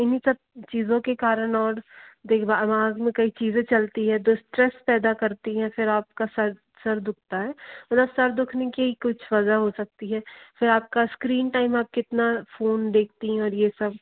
इन्हीं सब चीज़ों के कारण और दिमाग़ माथे में कई चीज़ें चलती हैं तो स्ट्रेस पैदा करती हैं फिर आपका सिर सिर दुखता है मतलब सिर दुखने की कुछ वजह हो सकती हैं फिर आपका स्क्रीन टाइम आप कितना फ़ोन देखती हैं और ये सब